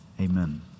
Amen